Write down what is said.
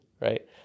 right